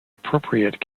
appropriate